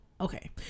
okay